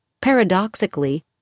paradoxically